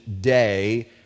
Day